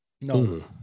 no